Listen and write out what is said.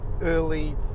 early